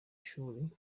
shuri